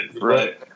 Right